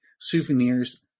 souvenirs